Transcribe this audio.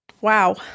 Wow